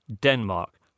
Denmark